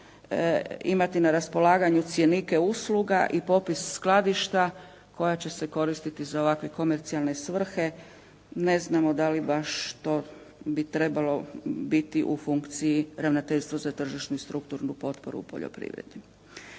imati na raspolaganju cjenike usluga i popis skladišta koja će se koristiti za ovakve komercijalne svrhe. Ne znamo da li baš to bi trebalo biti u funkciji ravnateljstva za tržišnu i strukturnu potporu u poljoprivredi.